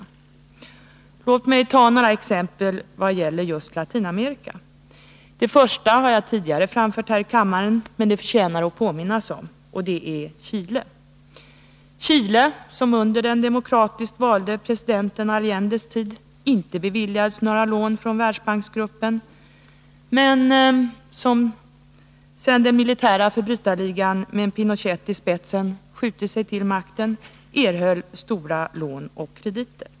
Låt mig ta några exempel som gäller just Latinamerika. Det första har jag tidigare framfört här i kammaren, men det förtjänar att påminnas om det. Det gäller Chile. Under den demokratiskt valde presidenten Allendes tid beviljades inte Chile några lån från Världsbanksgruppen, men sedan den militära förbrytarligan med Pinochet i spetsen skjutit sig till makten erhöll Chile stora lån och krediter.